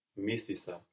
Mississa